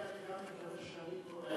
גם אני מקווה שאני טועה.